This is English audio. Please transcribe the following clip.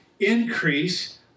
increase